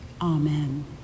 Amen